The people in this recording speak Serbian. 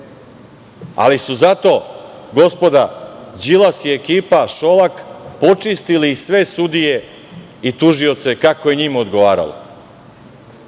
ali su zato gospoda Đilas i ekipa Šolak počistili sve sudije i tužioce kako je njima odgovaralo. Nas